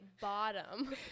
bottom